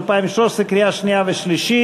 התשע"ג 2013, קריאה שנייה ושלישית.